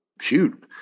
shoot